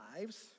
lives